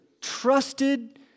trusted